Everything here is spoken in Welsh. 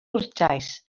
gwrtais